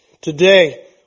Today